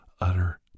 utter